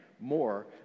more